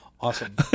awesome